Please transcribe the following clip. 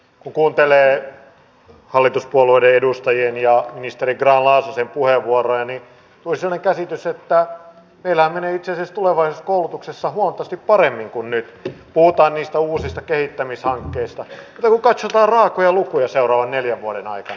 kun kuuntelee hallituspuolueiden edustajien ja ministeri grahn laasosen puheenvuoroja tulee sellainen käsitys että meillähän menee itse asiassa tulevaisuudessa koulutuksessa huomattavasti paremmin kuin nyt puhutaan niistä uusista kehittämishankkeista mutta kun katsotaan raakoja lukuja seuraavien neljän vuoden aikana